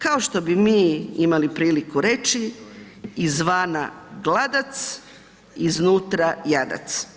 Kao što bi mi imali priliku reći izvana gladac, iznutra jadac.